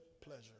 Pleasure